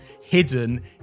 hidden